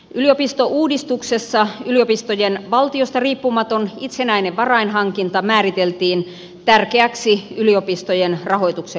yliopistouudistuksessa yliopistojen valtiosta riippumaton itsenäinen varainhankinta määriteltiin tärkeäksi yliopistojen rahoituksen lähteeksi